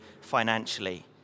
financially